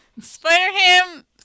Spider-Ham